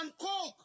coke